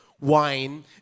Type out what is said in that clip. wine